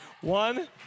One